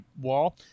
wall